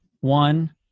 One